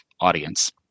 audience